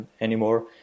anymore